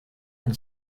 and